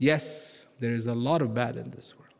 yes there is a lot of bad in this world